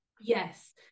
Yes